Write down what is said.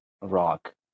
rock